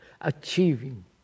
achieving